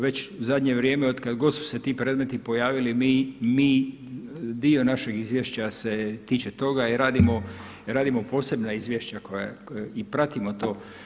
Već zadnje vrijeme od kada god su se ti predmeti pojavili mi dio našeg izvješća se tiče toga i radimo posebna izvješća i pratimo to.